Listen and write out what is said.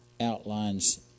outlines